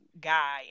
guy